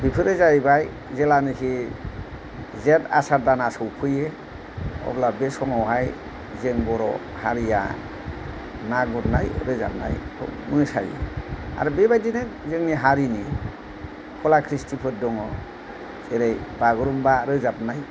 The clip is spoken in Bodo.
बेफोरो जायैबाय जेब्लानाखि जेथ आसार दाना सफैयो अब्ला बे समाव हाय जों बर' हारिया ना गुरनाय रोजाबनायखौ मोसायो आरो बेबादिनो जोंनि हारिनि खला ख्रिसटिफोर दङ जेरै बागुरुमबा रोजाबनाय